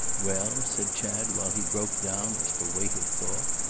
well? said chad, while he broke down as for weight of thought.